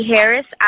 Harris